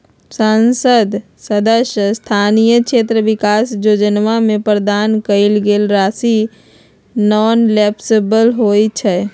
संसद सदस्य स्थानीय क्षेत्र विकास जोजना में प्रदान कएल गेल राशि नॉन लैप्सबल होइ छइ